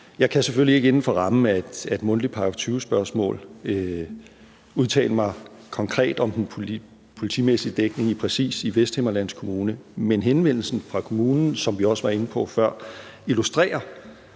Jeg kan selvfølgelig ikke inden for rammen af et mundtligt § 20-spørgsmål udtale mig konkret om den politimæssige dækning præcis i Vesthimmerlands Kommune, men henvendelsen fra kommunen, som vi også var inde på før, illustrerer,